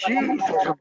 Jesus